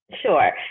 Sure